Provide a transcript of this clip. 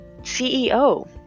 CEO